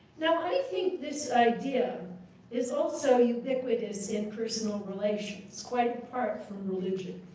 now i think this idea is also ubiquitous in personal relations quite apart from religion.